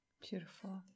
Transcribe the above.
Beautiful